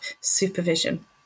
supervision